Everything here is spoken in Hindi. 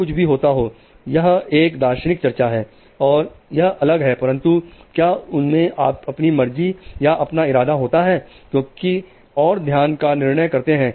जो कुछ भी होता हो यह एक दार्शनिक चर्चा है और यह अलग है परंतु क्या उनमें अपनी मर्जी या अपना इरादा होता है क्योंकि और ध्यान का निर्णय करते हैं